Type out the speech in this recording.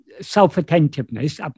self-attentiveness